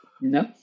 No